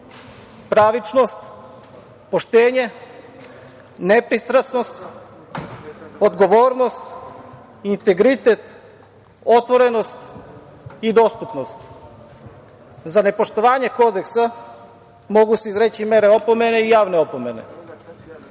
pravičnost, poštenje, nepristrasnost, odgovornost, integritet, otvorenost i dostupnost. Za nepoštovanje kodeksa mogu se izreći mere opomene i javne opomene. Moram